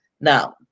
Now